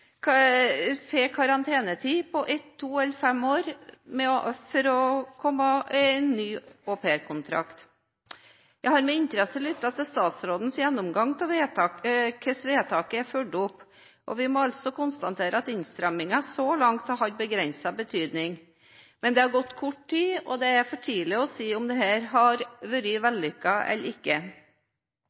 karantenetid på ett, to eller fem år for å få ny aupairkontrakt. Jeg har med interesse lyttet til statsrådens gjennomgang av hvordan vedtaket er fulgt opp, og vi må konstatere at innstrammingen så langt har hatt begrenset betydning. Men det har gått kort tid, og det er for tidlig å si om dette har vært vellykket eller ikke. Stortingets intensjon var tryggere forhold og raskere inngripen hvis regelverket ikke